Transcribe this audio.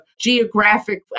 geographic